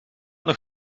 nog